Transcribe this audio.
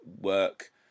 work